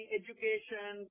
education